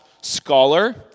scholar